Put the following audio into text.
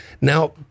Now